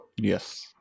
Yes